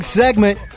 segment